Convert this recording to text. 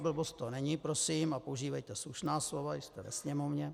Blbost to není, prosím, a používejte slušná slova, jste ve Sněmovně.